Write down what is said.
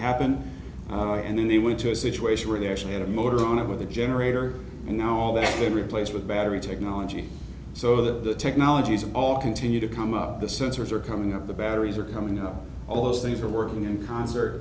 happen and in the way to a situation where they actually had a motor on it with a generator and now all that is replaced with battery technology so that the technologies are all continue to come out the sensors are coming up the batteries are coming out all those things are working in concert